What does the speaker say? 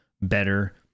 better